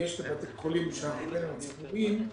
ויש בתי חולים שאנחנו קוראים להם הציבוריים,